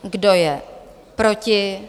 Kdo je proti?